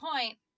point